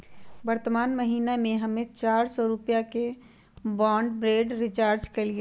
वर्तमान महीना में हम्मे चार सौ रुपया के ब्राडबैंड रीचार्ज कईली